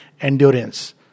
Endurance